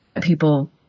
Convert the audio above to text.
people